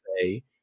say